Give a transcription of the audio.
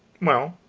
well,